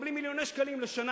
מקבלים מיליוני שקלים לשנה,